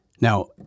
Now